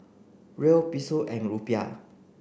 Riel Peso and Rupiah